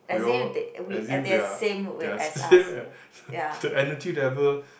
we all as if we are they are same as the energy level